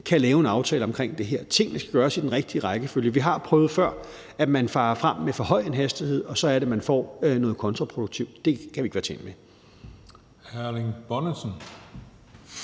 kan lave en aftale omkring det her. Tingene skal gøres i den rigtige rækkefølge. Vi har før prøvet at opleve, at hvis man farer frem med for høj en hastighed, får man noget kontraproduktivt. Det kan vi ikke være tjent med.